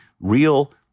real